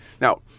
Now